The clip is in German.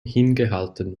hingehalten